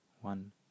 one